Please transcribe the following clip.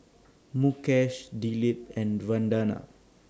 Mukesh Dilip and Vandana